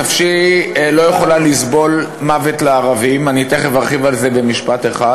שנפשי לא יכולה לסבול "מוות לערבים" תכף ארחיב על זה במשפט אחד,